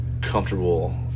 comfortable